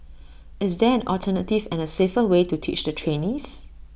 is there an alternative and A safer way to teach the trainees